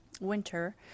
winter